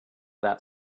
that